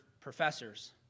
professors